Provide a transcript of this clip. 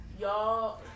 Y'all